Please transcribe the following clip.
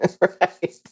Right